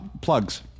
plugs